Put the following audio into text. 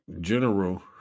general